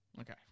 Okay